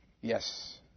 Yes